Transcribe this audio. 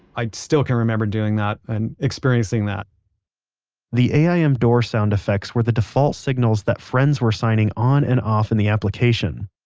i still can remember doing that and experiencing that the aim door sound effects were the default signals that friends were signing on and off in the application.